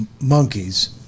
monkeys